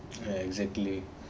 ya exactly